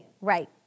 Right